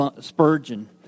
Spurgeon